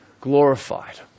glorified